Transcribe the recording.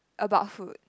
about food